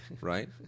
right